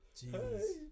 Jesus